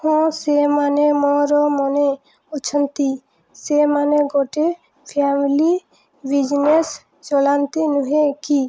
ହଁ ସେମାନେ ମୋର ମନେ ଅଛନ୍ତି ସେମାନେ ଗୋଟିଏ ଫ୍ୟାମିଲି ବିଜ୍ନେସ୍ ଚଳାନ୍ତି ନୁହେଁ କି